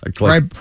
Right